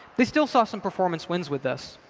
they still saw some performance wins with this.